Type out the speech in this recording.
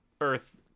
Earth